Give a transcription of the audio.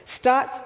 Start